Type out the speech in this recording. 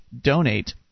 donate